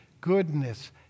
goodness